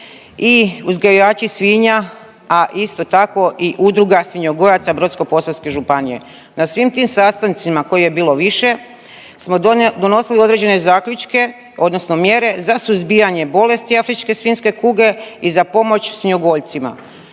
i uzgajivači svinja, a isto tako i Udruga svinjogojaca Brodsko-posavske županije. Na svim tim sastancima kojih je bilo više smo donosili određene zaključke odnosno mjere za suzbijanje bolesti afričke svinjske kuge i za pomoć svinjogojcima.